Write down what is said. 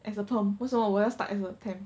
as a perm 为什么我要 stuck as a temp